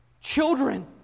Children